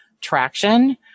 traction